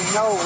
no